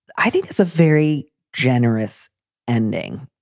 i think it's a very generous ending.